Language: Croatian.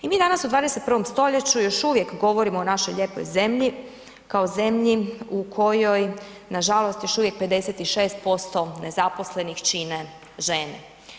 I mi danas u 21. stoljeću još uvijek govorimo o našoj lijepoj zemlji kao zemlji u kojoj na žalost još uvijek 56% nezaposlenih čine žene.